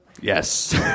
Yes